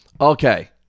Okay